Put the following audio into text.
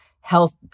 health